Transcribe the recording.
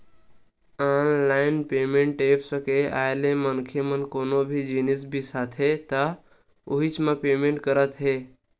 online payment apps के आए ले मनखे मन कोनो भी जिनिस बिसाथे त उहींच म पेमेंट करत हे